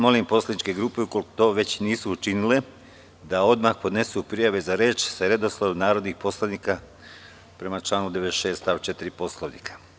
Molim poslaničke grupe, ukoliko to već nisu učinile, da odmah podnesu prijave za reč sa redosledom narodnih poslanika, prema članu 96. stav 4. Poslovnika.